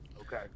Okay